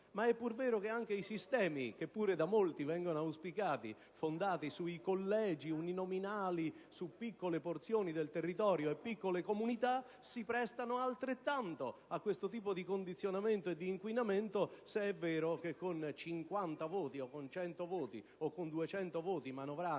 Ma è pur vero che anche i sistemi, che pure da molti vengono auspicati, fondati su collegi uninominali riferiti a piccole porzioni del territorio e piccole comunità si prestano altrettanto a questo tipo di condizionamento e di inquinamento, se è vero che con 50, 100 o 200 voti manovrati